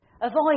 Avoid